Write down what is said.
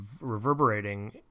reverberating